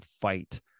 fight